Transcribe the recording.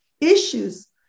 issues